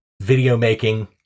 video-making